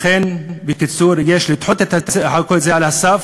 לכן, בקיצור, יש לדחות את כל זה על הסף.